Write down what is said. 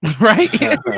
Right